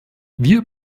wir